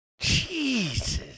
Jesus